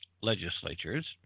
legislatures